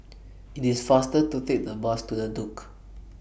IT IS faster to Take The Bus to The Duke